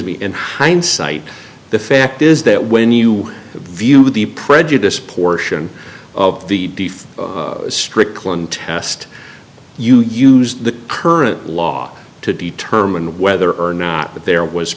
me in hindsight the fact is that when you view the prejudice portion of the strickland test you use the current law to determine whether or not that there was